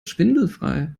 schwindelfrei